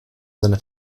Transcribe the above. seine